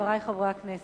חברי חברי הכנסת,